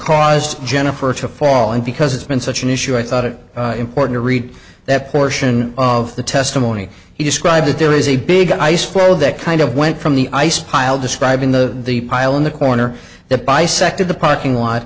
caused jennifer to fall and because it's been such an issue i thought it important to read that portion of the testimony he described that there is a big ice flow that kind of went from the ice pile describing the the pile in the corner that bisected the parking lot